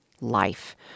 life